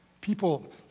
people